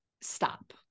stop